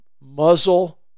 muzzle